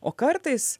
o kartais